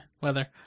weather